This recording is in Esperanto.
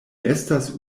estas